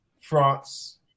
France